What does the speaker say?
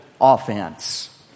offense